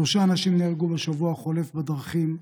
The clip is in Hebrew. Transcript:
שלושה אנשים נהרגו בשבוע החולף בדרכים.